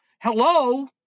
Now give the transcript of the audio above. Hello